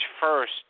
first